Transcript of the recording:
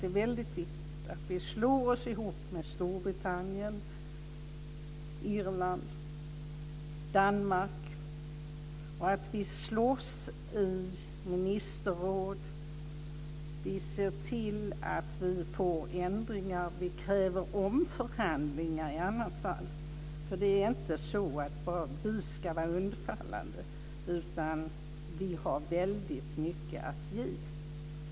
Det är viktigt att vi slår oss ihop med Storbritannien, Irland och Danmark. Det är viktigt att vi slåss i ministerrådet. Vi måste se till att få ändringar. I annat fall kräver vi omförhandlingar. Vi ska inte vara undfallande. Vi har mycket att ge.